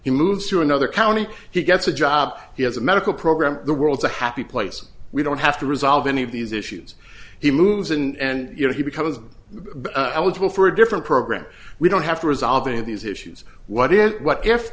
he moves to another county he gets a job he has a medical program the world's a happy place we don't have to resolve any of these issues he moves in and you know he becomes eligible for a different program we don't have to resolve any of these issues what is what if